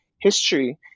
history